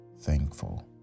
thankful